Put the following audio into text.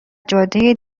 جاده